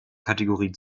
kategorie